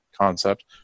concept